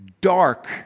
dark